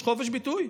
יש חופש ביטוי.